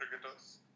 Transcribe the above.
cricketers